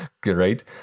great